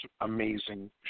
amazing